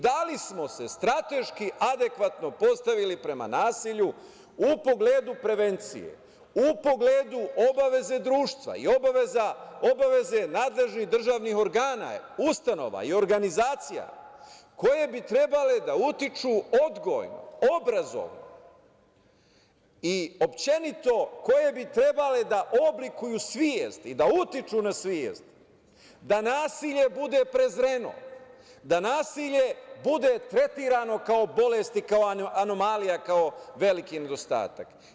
Da li smo se strateški adekvatno postavili prema nasilju u pogledu prevencije, u pogledu obaveze društva i obaveze nadležnih državnih organa, ustanova i organizacija koje bi trebale da utiču odgojno, obrazovno i koje bi trebale da oblikuju svest i da utiču na svest da nasilje bude prezreno, da nasilje bude tretirano kao bolest i kao anomalija, kao veliki nedostatak.